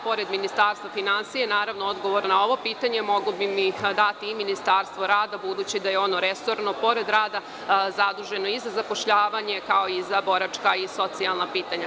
Pored Ministarstva finansija naravno odgovor na ovo pitanje moglo bi mi dati i Ministarstvo rada, budući da je ono resorno, pored rada zaduženo i za zapošljavanje, kao i za boračka i socijalna pitanja.